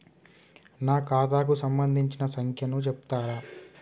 నా ఖాతా కు సంబంధించిన సంఖ్య ను చెప్తరా?